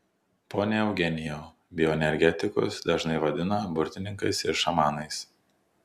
pone eugenijau bioenergetikus dažnai vadina burtininkais ir šamanais